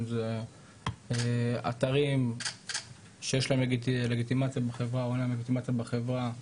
אם זה באתרים שיש להם לגיטימציה בחברה או אין להם לגיטימציה בחברה.